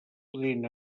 podrien